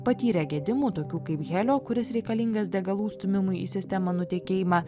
patyrė gedimų tokių kaip helio kuris reikalingas degalų stūmimui į sistemą nutekėjimą